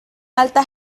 alta